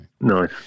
nice